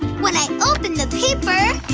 when i open the paper,